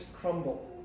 crumble